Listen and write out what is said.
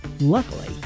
Luckily